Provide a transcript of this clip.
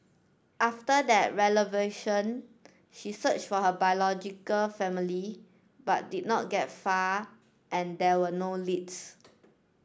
after that she searched for her biological family but did not get far and there were no leads